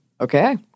Okay